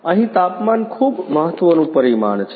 અહીં તાપમાન ખૂબ મહત્વનું પરિમાણ છે